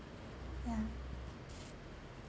yeah